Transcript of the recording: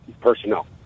personnel